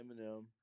Eminem